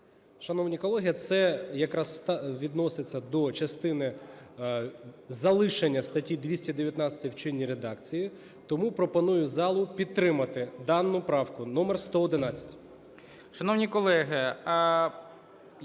Шановні колеги, це якраз відноситься до частини залишення статті 219 в чинній редакції. Тому пропоную залу підтримати дану правку номер 111. ГОЛОВУЮЧИЙ. Шановні колеги,